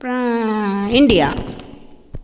அப்புறோம் இண்டியா